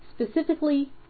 specifically